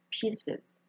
Pieces